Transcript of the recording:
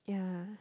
yeah